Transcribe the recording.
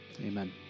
Amen